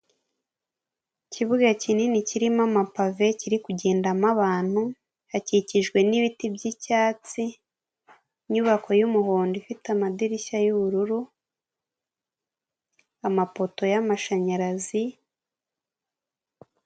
Ikibuga kinini kirimo amapave kiri kugendamo abantu hakikijwe nibiti byicyatsi n'inyubako y'umuhondo ifite amadirishya yubururu, amapoto y'amashanyarazi.